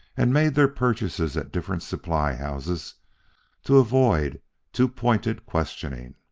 and made their purchases at different supply houses to avoid too-pointed questioning.